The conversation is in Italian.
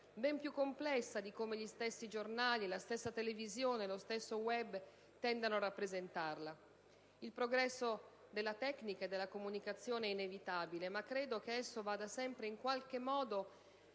ben più complessa di come gli stessi giornali, la stessa televisione e lo stesso *web* tendano a rappresentarla. Il progresso della tecnica e della comunicazione è inevitabile, ma credo che esso vada sempre in qualche modo